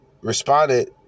responded